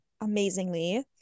amazingly